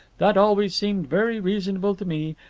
that always seemed very reasonable to me,